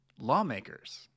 lawmakers